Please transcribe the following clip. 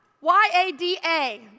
Y-A-D-A